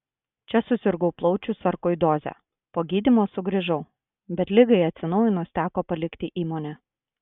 čia susirgau plaučių sarkoidoze po gydymo sugrįžau bet ligai atsinaujinus teko palikti įmonę